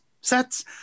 sets